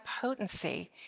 potency